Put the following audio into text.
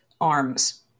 arms